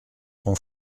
ton